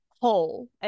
whole